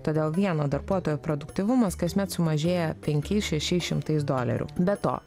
todėl vieno darbuotojo produktyvumas kasmet sumažėja penkiais šešiais šimtais dolerių be to